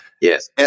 Yes